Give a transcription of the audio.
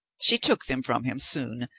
she took them from him soon,